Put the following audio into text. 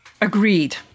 Agreed